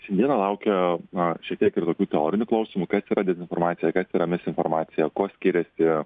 šiandieną laukia na šiek tiek tokių ir teorinių klausimų kas yra dezinformacija kas yra misinformacija kuo skiriasi